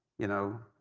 you know.